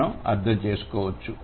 మనం అర్థం చేసుకున్నాము